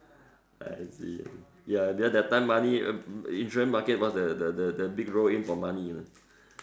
I see ya because that time money uh insurance market was the the big roll in for money lah